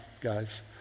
guys